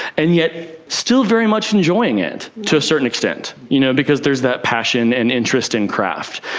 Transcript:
and yet still very much enjoying it to a certain extent you know because there's that passion and interest in craft.